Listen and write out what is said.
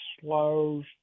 slows